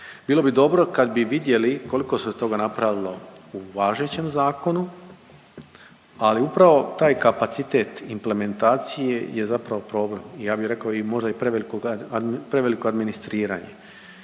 Bilo bi dobro kad bi vidjeli koliko se toga napravilo u važećem zakonu, ali upravo taj kapacitet implementacije je zapravo problem i ja bi rekao i možda i prevelikog…/Govornik